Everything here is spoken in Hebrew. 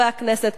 חברי הכנסת,